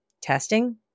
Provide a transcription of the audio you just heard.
testing